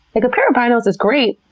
like a pair of binos is great,